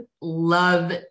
love